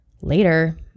Later